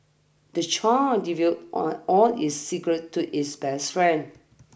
the child divulged all all his secret to his best friend